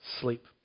sleep